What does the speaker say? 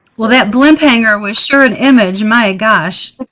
well that blimp hanger was sure an image, my gosh.